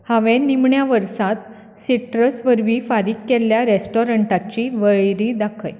हांवें निमाण्या वर्सांत सिट्रस वरवीं फारीक केल्ल्या रेस्टॉरंटांची वळेरी दाखय